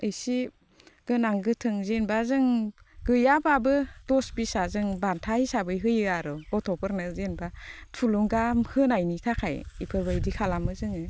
इसे गोनां गोथों जेनेबा जों गैयाबाबो दस बिसा जों बान्था हिसाबै होयो आरो गथ'फोरनो जेनेबा थुलुंगा होनायनि थाखाय बेफोरबायदि खालामो जोङो